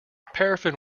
paraffin